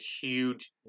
huge